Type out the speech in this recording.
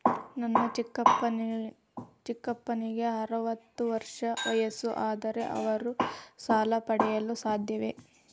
ನನ್ನ ಚಿಕ್ಕಪ್ಪನಿಗೆ ಅರವತ್ತು ವರ್ಷ ವಯಸ್ಸು, ಆದರೆ ಅವರು ಸಾಲ ಪಡೆಯಲು ಸಾಧ್ಯವೇ?